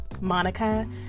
Monica